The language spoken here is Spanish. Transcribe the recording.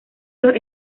los